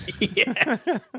Yes